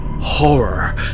horror